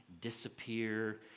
disappear